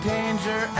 Danger